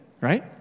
right